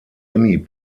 emmy